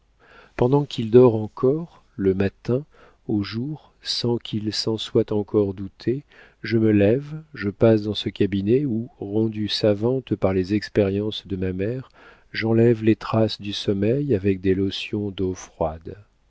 pendant qu'il dort encore le matin au jour sans qu'il s'en soit encore douté je me lève je passe dans ce cabinet où rendue savante par les expériences de ma mère j'enlève les traces du sommeil avec des lotions d'eau froide